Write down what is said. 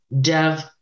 dev